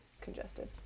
congested